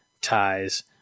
ties